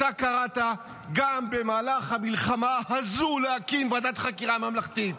אתה קראת גם במהלך המלחמה הזו להקים ועדת חקירה ממלכתית.